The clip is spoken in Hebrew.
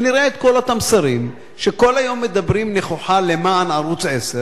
ונראה את כל אותם שרים שכל היום מדברים נכוחה למען ערוץ-10.